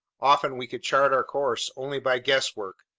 often we could chart our course only by guesswork,